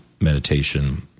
meditation